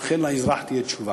אכן לאזרח תהיה תשובה.